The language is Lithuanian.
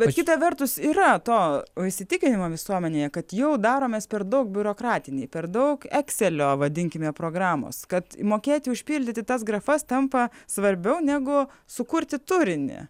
bet kita vertus yra to įsitikinimo visuomenėje kad jau daromės per daug biurokratiniai per daug eksėlio vadinkime programos kad mokėti užpildyti tas grafas tampa svarbiau negu sukurti turinį